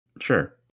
sure